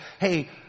hey